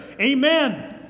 Amen